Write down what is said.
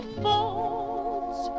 faults